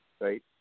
Right